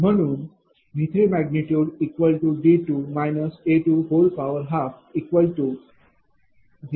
म्हणूनV3D2 A120